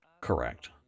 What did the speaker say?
correct